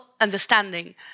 understanding